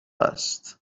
است